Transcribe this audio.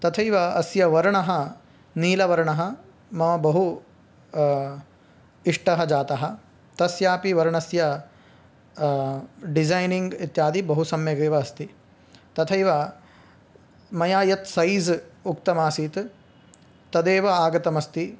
तथैव अस्य वर्णः नीलवर्णः मम बहु इष्टः जातः तस्यापि वर्णस्य डिसैनिङ्ग् इत्यादि बहुसम्यगेव अस्ति तथैव मया यत् सैज़् उक्तमासीत् तदेव आगतमस्ति